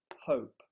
hope